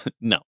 No